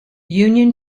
union